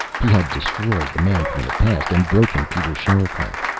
he had destroyed the man from the past and broken peter sherikov.